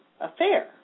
affair